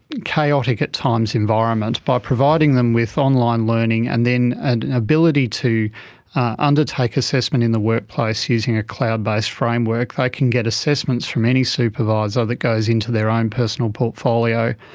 chaotic at times environment by providing them with online learning and then and an ability to undertake assessment in the workplace using a cloud-based framework. they can get assessments from any supervisor that goes into their own personal portfolio,